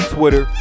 Twitter